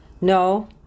No